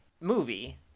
movie